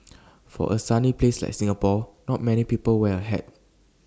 for A sunny place like Singapore not many people wear A hat